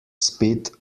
spit